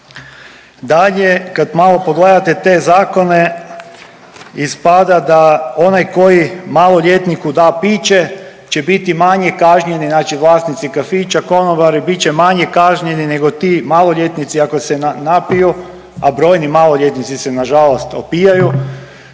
Dalje, kad malo pogledate te zakone, ispada da onaj koji maloljetniku da piće će biti manje kažnjeni, znači vlasnici kafića, konobari, bit će manje kažnjeni nego ti maloljetnici ako se napiju, a brojni maloljetnici se nažalost opijaju,